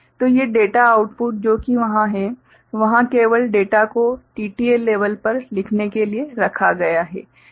तो ये data output जो कि वहाँ है वहां केवल डेटा को TTL लेवल पर लिखने के लिए रखा गया है